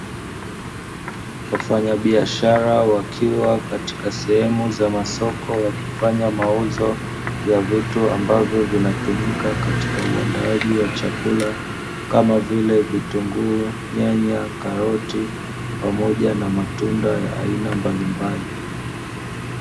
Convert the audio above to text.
Wafanya biashara wakiwa katika sehemu za masoko wakifanya mauzo ya vitu ambavyo vinatumika katika uandaaji wa chakula kama vile vitunguu, nyanya, karoti pamoja na matunda ya aina mbalimbali.